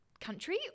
country